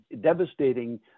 devastating